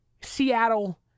Seattle